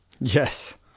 Yes